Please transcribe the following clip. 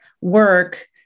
work